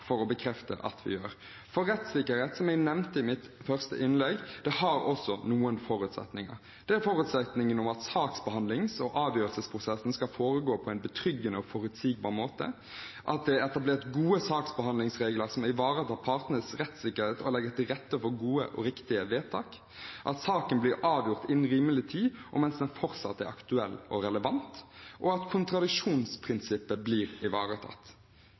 nevnte i mitt første innlegg, har noen forutsetninger. Det er forutsetningen om at saksbehandlings- og avgjørelsesprosessen skal foregå på en betryggende og forutsigbar måte, at det er etablert gode saksbehandlingsregler som ivaretar partenes rettssikkerhet og legger til rette for gode og riktige vedtak, at saken blir avgjort innen rimelig tid og mens den fortsatt er aktuell og relevant, og at kontradiksjonsprinsippet blir ivaretatt.